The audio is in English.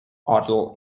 hotel